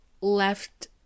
left